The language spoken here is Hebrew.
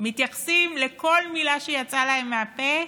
מתייחסים לכל מילה שיצאה להם מהפה